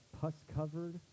pus-covered